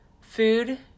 food